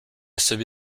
собі